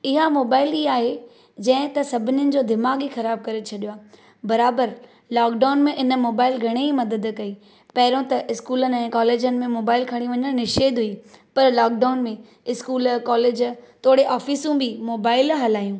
इहा मोबाइल ई आहे जंहिं त सभनिनि जो दिमाग़ ई खराबु करे छॾियो आहे बराबरि लोकडाउन में इन मोबाइल घणे ई मदद कई पहिरियों त स्कूलनि ऐं कॉलेजनि में मोबाइल खणी वञणु निषेध हुई पर लॉकडाउन में स्कूल कॉलेज तोड़े ऑफिसूं बि मोबाइल हलायूं